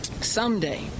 Someday